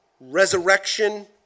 resurrection